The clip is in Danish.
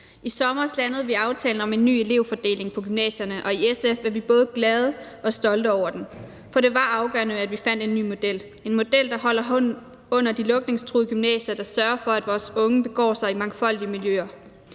I sommers landede vi aftalen om en ny elevfordeling på gymnasierne, og i SF er vi både glade og stolte over den, for det var afgørende, at vi fandt en ny model – en model, der holder hånden under de lukningstruede gymnasier og sørger for, at vores unge begår sig i mangfoldige miljøer,